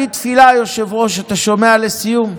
היושב-ראש, אתה שומע, לסיום?